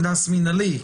לא, מי שלא אז קנס מינהלי.